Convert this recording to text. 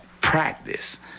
practice